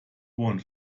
ohren